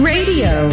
Radio